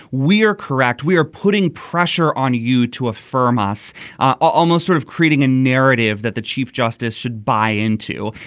we are correct we are putting pressure on you to affirm us almost sort of creating a narrative that the chief justice should buy into.